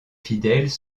fidèles